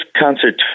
concert